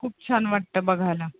खूप छान वाटतं बघायला